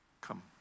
Come